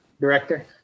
director